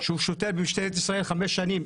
שהוא שוטר במשטרת ישראל חמש שנים,